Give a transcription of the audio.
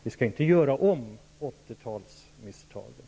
Vi skall inte göra om misstagen från 80-talet.